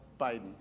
Biden